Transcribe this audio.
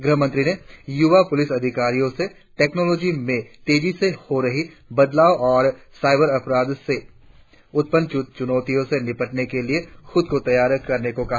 गृहमंत्री ने युवा पुलिस अधिकारियों से टेक्नोलाजी में तेजी से हो रहे बदलावों और साइबर अपराधों से उत्पन्न चुनौतियों से निपटने के लिए खुद को तैयार करने को कहा